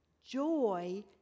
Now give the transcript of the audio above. joy